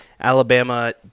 Alabama